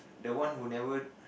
the one who never